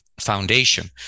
Foundation